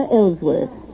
Ellsworth